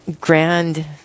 grand